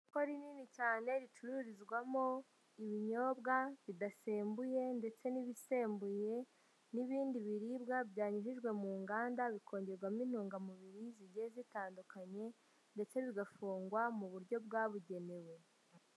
Isoko rinini cyane ricururizwamo ibinyobwa bidasembuye ndetse n'ibisembuye n'ibindi biribwa byanyujijwe mu nganda bikongerwamo intungamubiri zigiye zitandukanye ndetse bigafungwa mu buryo bwabugenewe.